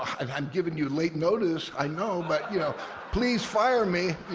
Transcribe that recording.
and i'm giving you late notice, i know, but you know please fire me.